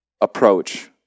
approach